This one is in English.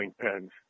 pens